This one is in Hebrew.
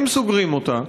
אם סוגרים אותה,